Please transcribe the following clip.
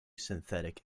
synthetic